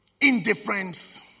indifference